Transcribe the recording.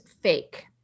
fake